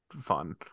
fun